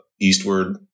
eastward